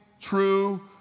true